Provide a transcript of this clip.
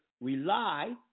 rely